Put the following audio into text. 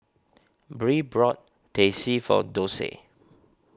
Bree brought Teh C for Dorsey